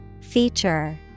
Feature